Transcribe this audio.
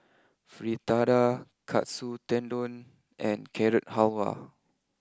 Fritada Katsu Tendon and Carrot Halwa